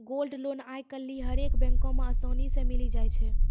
gold loan आइ काल्हि हरेक बैको मे असानी से मिलि जाय छै